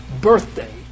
birthday